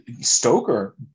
Stoker